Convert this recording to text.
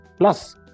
Plus